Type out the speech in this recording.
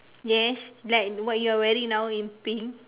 yes like what you are wearing now in pink